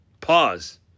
Pause